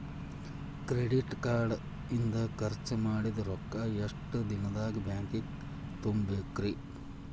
Credit card ಇಂದ್ ಖರ್ಚ್ ಮಾಡಿದ್ ರೊಕ್ಕಾ ಎಷ್ಟ ದಿನದಾಗ್ ಬ್ಯಾಂಕಿಗೆ ತುಂಬೇಕ್ರಿ?